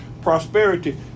prosperity